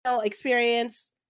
experience